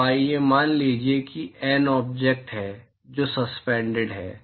तो आइए मान लें कि मान लीजिए कि N ऑब्जेक्ट हैं जो सस्पेंडेड हैं